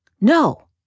No